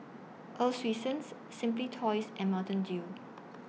Earl's Swensens Simply Toys and Mountain Dew